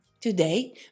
Today